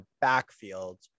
backfield